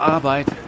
Arbeit